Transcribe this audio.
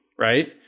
right